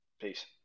Peace